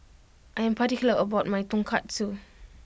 I am particular about my Tonkatsu